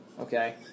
Okay